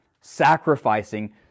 sacrificing